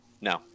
no